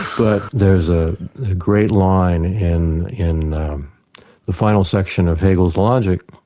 but there's a great line in in the final section of hegel's logic